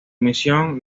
misión